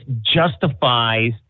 justifies